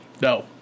No